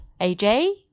AJ